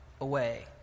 away